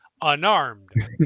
Unarmed